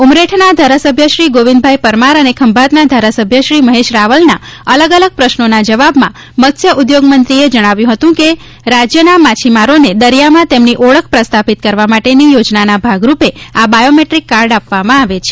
ઉમરેઠના ધારાસભ્ય શ્રી ગોવિંદભાઈ પરમાર અને ખંભાતના ધારાસભ્ય શ્રી મહેશ રાવલના અલગ અલગ પ્રશ્નોના જવાબમાં મત્સ્યઉદ્યોગ મંત્રી એ જણાવ્યું હતું કે રાજ્યના માછીમારોને દરિયામાં તેમની ઓળખ પ્રસ્થાપિત કરવા માટેની યોજનાના ભાગરૂપે આ બાયોમેટ્રિક કાર્ડ આપવામાં આવે છે